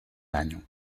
año